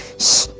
shhh!